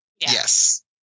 Yes